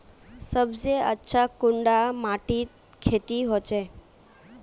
सबसे अच्छा कुंडा माटित खेती होचे?